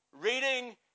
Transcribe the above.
reading